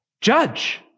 judge